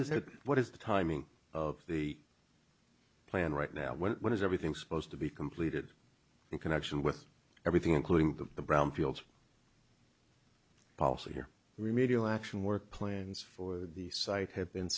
is it what is the timing of the plan right now when is everything supposed to be completed in connection with everything including the brownfield policy here remedial action work plans for the site have been